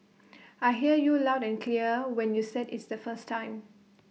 I hear you loud and clear when you said it's the first time